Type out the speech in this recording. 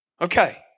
Okay